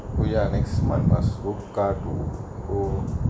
oh ya next month must to go